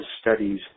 studies